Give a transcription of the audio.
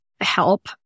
help